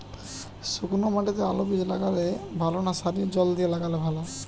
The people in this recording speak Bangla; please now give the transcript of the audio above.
শুক্নো মাটিতে আলুবীজ লাগালে ভালো না সারিতে জল দিয়ে লাগালে ভালো?